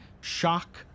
shock